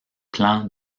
plans